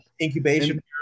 incubation